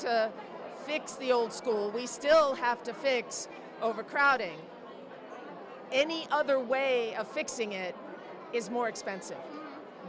to fix the old school we still have to fix overcrowding any other way of fixing it is more expensive